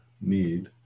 need